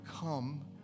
come